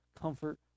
comfort